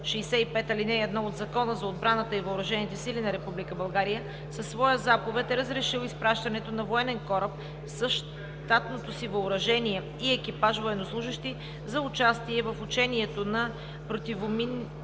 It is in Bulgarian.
65, ал. 1 от Закона за отбраната и въоръжените сили на Република България със своя заповед е разрешил изпращането на военен кораб с щатното си въоръжение и екипаж военнослужещи за участие в Учението на противоминните